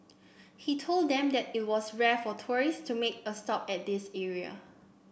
he told them that it was rare for tourists to make a stop at this area